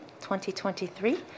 2023